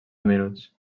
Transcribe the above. minuts